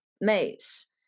mates